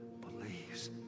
believes